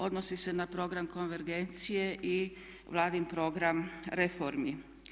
Odnosi se na program konvergencije i Vladin program reformi.